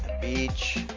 beach